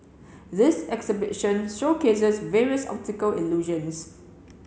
this exhibition showcases various optical illusions